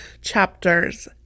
chapters